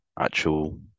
actual